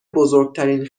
بزرگترین